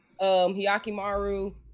Hiyakimaru